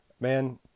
Man